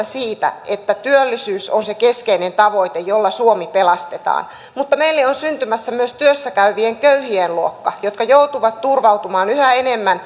siitä että työllisyys on se keskeinen tavoite jolla suomi pelastetaan mutta meille on syntymässä myös työssä käyvien köyhien luokka jotka joutuvat turvautumaan yhä enemmän